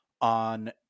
on